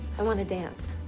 i want to dance.